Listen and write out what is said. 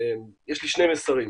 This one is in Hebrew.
יש לי שני מסרים,